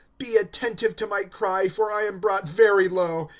be attentive to my cry, for i am brought very low.